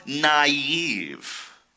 naive